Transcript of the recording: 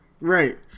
Right